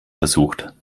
versucht